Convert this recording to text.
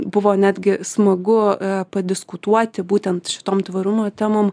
buvo netgi smagu padiskutuoti būtent šitom tvarumo temom